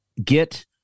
Get